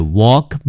walk